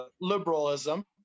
Liberalism